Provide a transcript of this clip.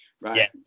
right